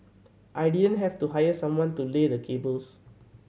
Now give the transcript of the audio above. I didn't have to hire someone to lay the cables